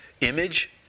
image